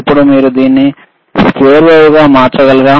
ఇప్పుడు మీరు దీన్ని స్క్వేర్ వేవ్ గా మార్చగలరా